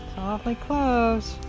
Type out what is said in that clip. awfully close.